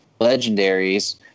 legendaries